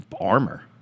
armor